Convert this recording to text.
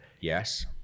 Yes